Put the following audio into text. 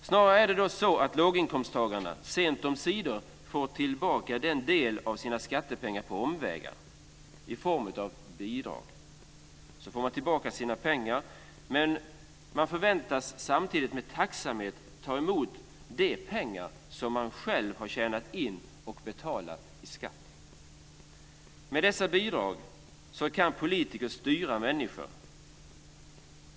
Snarare är det så att låginkomsttagarna sent omsider får tillbaka en del av sina skattepengar på omvägar i form av bidrag. Man får tillbaka sina pengar, men man förväntas samtidigt med tacksamhet ta emot de pengar som man själv har tjänat in och betalat i skatt. Med dessa bidrag kan politiker styra människor.